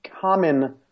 common